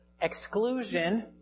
exclusion